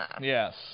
Yes